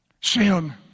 Sin